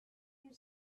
you